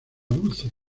dulce